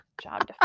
job